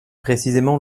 précisément